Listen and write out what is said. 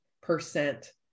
percent